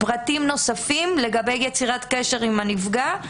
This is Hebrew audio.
פרטים נוספים לגבי יצירת קשר עם הנפגע.